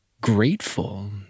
grateful